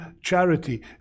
charity